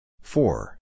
Four